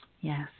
yes